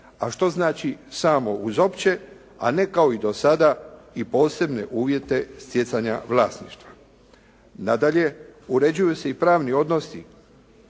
a što znači samo uz opće, a ne kao i do sada i posebne uvjete stjecanja vlasništva. Nadalje, uređuju se i pravni odnosi